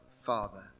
Father